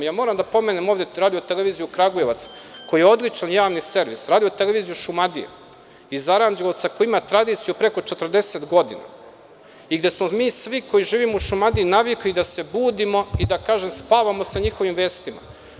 Moram da pomenem ovde Radio-televiziju Kragujevac, koji je odličan javni servis, Radio-televiziju Šumadija iz Aranđelovca, koja ima tradiciju preko 40 godina, gde smo mi svi koji živimo u Šumadiji navikli da se budimo i da spavamo sa njihovim vestima.